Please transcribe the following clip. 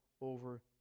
over